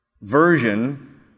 version